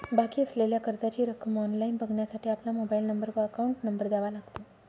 बाकी असलेल्या कर्जाची रक्कम ऑनलाइन बघण्यासाठी आपला मोबाइल नंबर व अकाउंट नंबर द्यावा लागतो